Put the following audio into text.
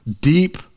Deep